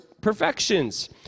perfections